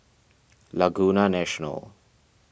Laguna National